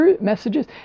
messages